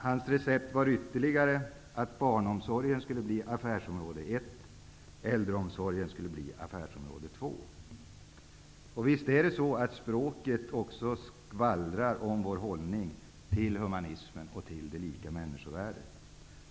Hans recept var ytterligare att barnomsorg skulle bli affärsområde 1 Språket skvallrar om vår hållning till humanism och människornas lika värde.